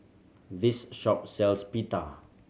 this shop sells Pita